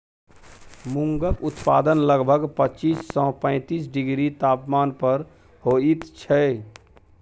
मूंगक उत्पादन लगभग पच्चीस सँ पैतीस डिग्री तापमान पर होइत छै